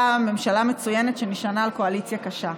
ממשלה מצוינת שנשענה על קואליציה קשה.